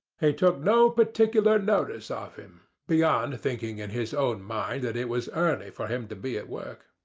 he took no particular notice of him, beyond thinking in his own mind that it was early for him to be at work.